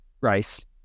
Rice